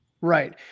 Right